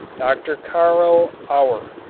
dr. carl auer,